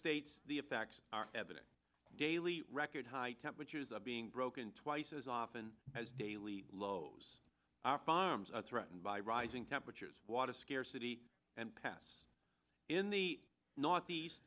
states the effects are evident daily record high temperatures are being broken twice as often as daily lows our farms are threatened by rising temperatures water scarcity and pass in the northeast